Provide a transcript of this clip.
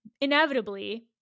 inevitably